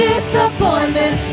Disappointment